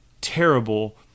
terrible